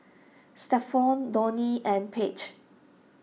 Stephon Donie and Paige